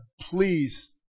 please